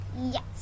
Yes